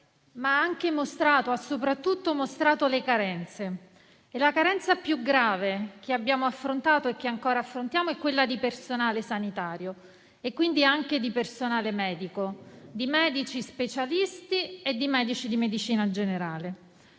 ma anche e soprattutto le carenze: la carenza più grave che abbiamo affrontato e che ancora affrontiamo è quella di personale sanitario e, quindi, anche di personale medico, di medici specialisti e di medici di medicina generale.